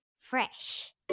fresh